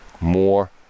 more